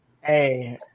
Hey